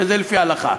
שזה לפי ההלכה.